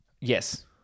Yes